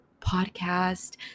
podcast